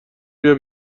بیا